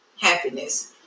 happiness